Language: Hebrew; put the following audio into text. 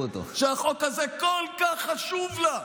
שהחוק הזה כל כך חשוב לה?